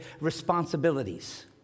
responsibilities